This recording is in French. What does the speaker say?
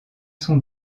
son